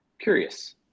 curious